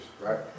right